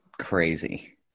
crazy